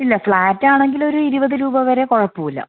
ഇല്ല ഫ്ലാറ്റാണെങ്കിലൊരു ഇരുപത് രൂപ വരെ കുഴപ്പമില്ല